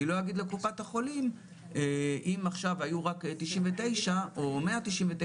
אני לא אגיד לקופת החולים 'אם עכשיו היו רק 99 או 199,